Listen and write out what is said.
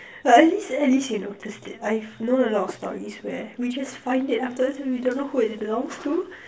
well at least at least you noticed it I've known a lot of stories where we just find it afterwards and we don't know who it belongs to